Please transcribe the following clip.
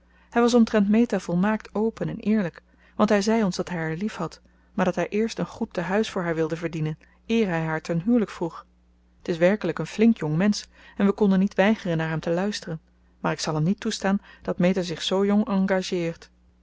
hij was omtrent meta volmaakt open en eerlijk want hij zei ons dat hij haar liefhad maar dat hij eerst een goed tehuis voor haar wilde verdienen eer hij haar ten huwelijk vroeg t is werkelijk een flink jongmensch en we konden niet weigeren naar hem te luisteren maar ik zal niet toestaan dat meta zich zoo jong engageert